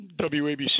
WABC